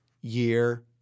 year